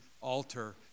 altar